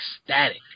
ecstatic